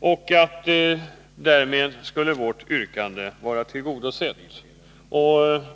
och säger att vårt yrkande därmed är tillgodosett.